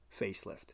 facelift